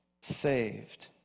saved